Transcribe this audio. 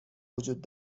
وجود